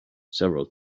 several